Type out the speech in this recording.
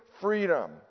freedom